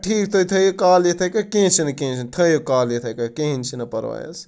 ٹھیٖک تُہۍ تھٔیِو کال یِتھَے کٲٹھۍ کینٛہہ چھِنہٕ کینٛہہ چھِنہٕ تھٔیِو کال یِتھَے کٲٹھۍ کِہینۍ چھُنہٕ پَرواے حظ